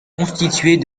constituée